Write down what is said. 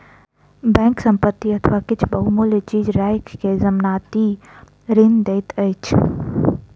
bank संपत्ति अथवा किछ बहुमूल्य चीज राइख के जमानती ऋण दैत अछि